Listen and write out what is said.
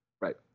Right